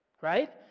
Right